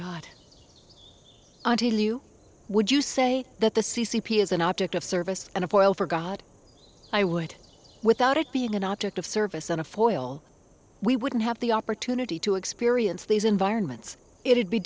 god until you would you say that the c c p is an object of service and of oil for god i would without it being an object of service on a foil we wouldn't have the opportunity to experience these environments it'd be